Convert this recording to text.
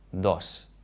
Dos